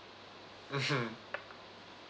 mmhmm